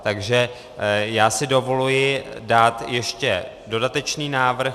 Takže já si dovoluji dát ještě dodatečný návrh.